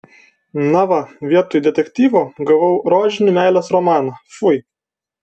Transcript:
na va vietoj detektyvo gavau rožinį meilės romaną fui